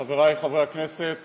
לחבר הכנסת